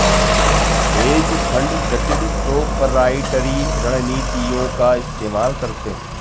hedge fund जटिल proprietary रणनीतियों का इस्तेमाल करते हैं